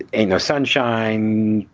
ain't no sunshine.